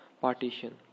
partition